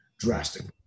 Drastically